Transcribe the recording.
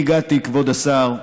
אני הגעתי, כבוד השר שטייניץ,